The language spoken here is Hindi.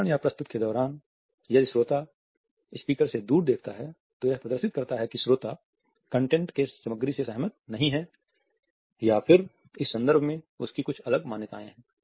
भाषण या प्रस्तुति के दौरान यदि श्रोता स्पीकर से दूर देखता है तो यह प्रदर्शित करता है कि श्रोता कंटेंट से सामग्री से सहमत नहीं है या फिर इस संदर्भ में उसकी कुछ अलग मान्यताएं है